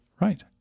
Right